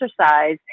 exercise